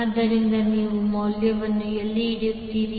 ಆದ್ದರಿಂದ ನೀವು ಮೌಲ್ಯವನ್ನು ಎಲ್ಲಿ ಇಡುತ್ತೀರಿ